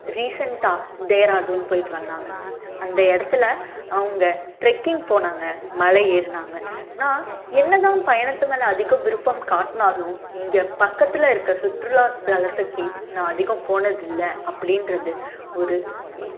ரீசன்ட்டாக டேராடூன் போயிட்டு வந்தாங்க அந்த இடத்துல அவங்க டிரெக்கிங் போனாங்க மலை ஏறினாங்க நான் என்னதான் பயணத்து மேல் அதிகம் விருப்பம் காட்டினாலும் இங்கே பக்கத்தில் இருக்கிற சுற்றுலாத்தலத்துக்கே நான் அதிகம் போனதில்லை அப்படின்றது ஒரு